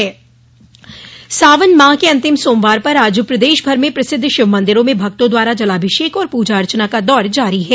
सावन माह के अन्तिम सोमवार पर आज प्रदेश भर में प्रसिद्ध शिव मंदिरों में भक्तों द्वारा जलाभिषेक और पूजा अर्चना का दौर जारी है